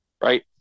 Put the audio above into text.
right